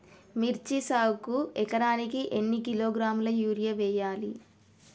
మిర్చి సాగుకు ఎకరానికి ఎన్ని కిలోగ్రాముల యూరియా వేయాలి?